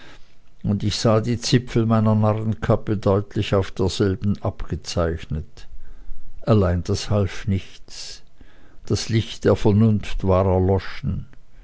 und ich sah die zipfel meiner narrenkappe deutlich auf derselben abgezeichnet allein das half nichts das licht der vernunft war erloschen